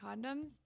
condoms